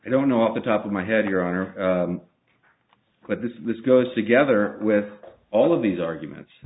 i don't know off the top of my head your honor but this is this goes together with all of these arguments